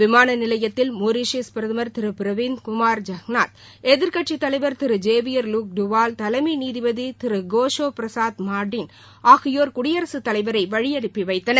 விமான நிலையத்தில் மொரீஷியஸ் பிரதமர் திரு பிரவிந்த் குமார் ஜக்நாத் எதிர்க்கட்சித் தலைவர் திரு ஜேவியர் லுக் டுவால் தலைமை நீதிபதி திரு கேஷோ பிரசாத் மடாடீன் ஆகியோர் குடியரசுத்தலைவரை வழியனுப்பி வைத்தனர்